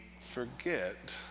forget